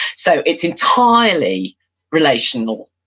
so it's entirely relational,